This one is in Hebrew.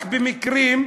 רק במקרים,